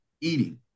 eating